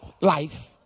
life